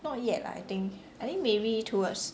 not yet lah I think I think maybe towards